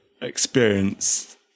experience